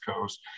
Coast